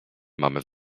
mamy